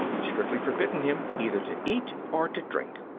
strictly forbidden him either to eat or to drink.